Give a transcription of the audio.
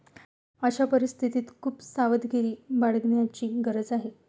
अशा परिस्थितीत खूप सावधगिरी बाळगण्याची गरज आहे